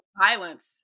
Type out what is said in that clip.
violence